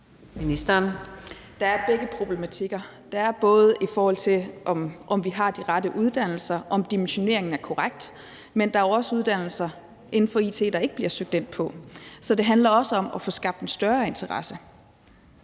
Der er begge problematikker. Der er både en problematik, i forhold til om vi har de rette uddannelser, om dimensioneringen er korrekt, men der er også uddannelser inden for it, der ikke bliver søgt ind på. Så det handler også om at få skabt en større interesse.